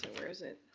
where is it?